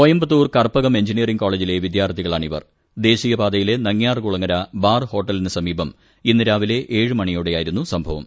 Coimbatore Karpagam engineering കോളേജിലെ വിദ്യാർഥികളാണിവർ ദേശീയപാതയിലെ നങ്ങ്യാർകുളങ്ങര ബാർഹോട്ടലിന് സമീപം വ്യാഴാഴ്ച രാവിലെ ഏഴ് മണിയോടെയായിരുന്നു സംഭവം